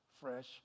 fresh